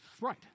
right